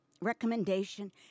recommendation